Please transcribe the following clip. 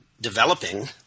developing